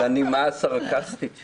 זה בגלל שאת לא שמה לב לנימה הסרקסטית שם.